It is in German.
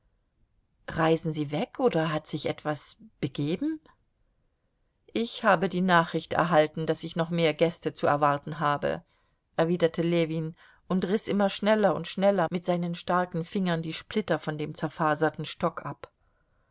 reisen sie weg oder hat sich etwas begeben ich habe nachricht erhalten daß ich noch mehr gäste zu erwarten habe erwiderte ljewin und riß immer schneller und schneller mit seinen starken fingern die splitter von dem zerfaserten stock ab